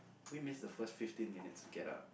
we missed the first fifteen minutes to get up